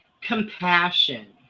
Compassion